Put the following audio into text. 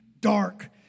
dark